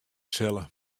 sille